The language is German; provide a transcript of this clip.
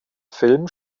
film